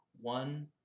one